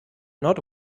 not